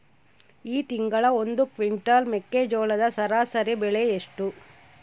ಈ ತಿಂಗಳ ಒಂದು ಕ್ವಿಂಟಾಲ್ ಮೆಕ್ಕೆಜೋಳದ ಸರಾಸರಿ ಬೆಲೆ ಎಷ್ಟು?